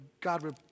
God